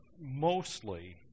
mostly